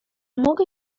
mogę